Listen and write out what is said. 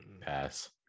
pass